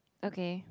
okay